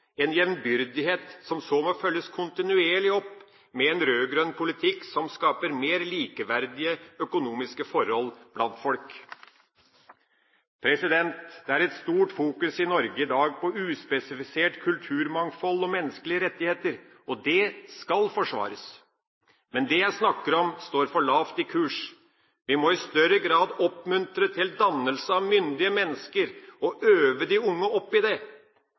en jevnbyrdighet som så må følges kontinuerlig opp med en rød-grønn politikk, som skaper mer likeverdige økonomiske forhold blant folk. Det er et stort fokus i Norge i dag på uspesifisert kulturmangfold og menneskelige rettigheter, og det skal forsvares. Men det jeg snakker om, står for lavt i kurs. Vi må i større grad oppmuntre til dannelse av myndige mennesker og øve de unge opp i det.